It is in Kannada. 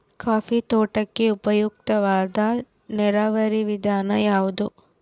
ಕಾಫಿ ತೋಟಕ್ಕೆ ಉಪಯುಕ್ತವಾದ ನೇರಾವರಿ ವಿಧಾನ ಯಾವುದು?